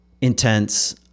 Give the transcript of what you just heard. intense